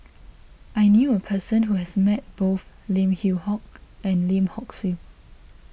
I knew a person who has met both Lim Yew Hock and Lim Hock Siew